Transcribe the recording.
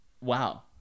wow